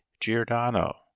Giordano